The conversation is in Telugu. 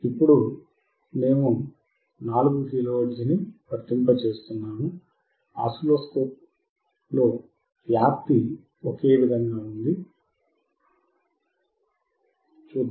ఇప్పుడు మేము 4 కిలో హెర్ట్జ్ ను వర్తింపజేస్తున్నాము ఆసిలోస్కోప్ వ్యాప్తి ఒకటేచూద్దాం